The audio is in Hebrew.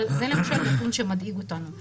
זה למשל נתון שמדאיג אותנו.